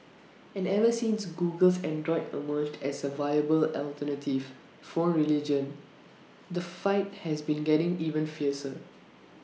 and ever since Google's Android emerged as A viable alternative phone religion the fight has been getting even fiercer